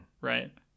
Right